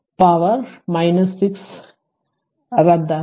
power 10 ലേക്ക് micro 6 റദ്ദാക്കുക